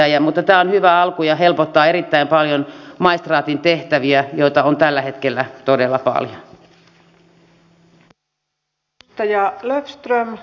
mutta tämä on hyvä alku ja helpottaa erittäin paljon maistraatin tehtäviä joita on tällä hetkellä todella paljon